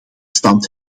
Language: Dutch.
stand